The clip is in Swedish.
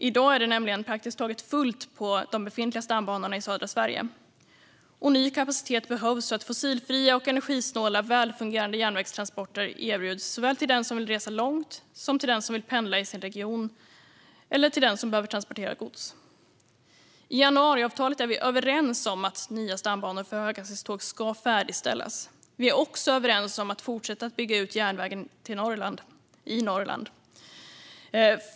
I dag är det nämligen praktiskt taget fullt på de befintliga stambanorna i södra Sverige, och ny kapacitet behövs så att fossilfria och energisnåla välfungerande järnvägstransporter erbjuds såväl till den som vill resa långt som till den som vill pendla i sin region eller den som behöver transportera gods. I januariavtalet är vi överens om att nya stambanor för höghastighetståg ska färdigställas. Vi är också överens om att fortsätta att bygga ut järnvägen i Norrland.